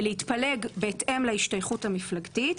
להתפלג בהתאם להשתייכות המפלגתית,